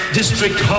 district